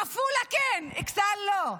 עפולה כן, ואכסאל לא,